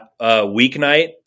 Weeknight